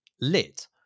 lit